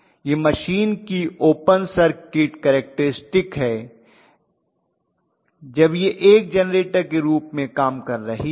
यह मशीन की open circuit characteristic है जब यह एक जेनरेटर के रूप में काम कर रही है